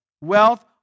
Wealth